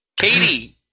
Katie